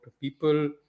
people